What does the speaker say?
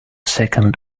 second